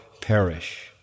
perish